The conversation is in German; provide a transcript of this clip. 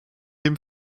dem